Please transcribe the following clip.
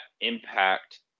impact